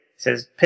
Says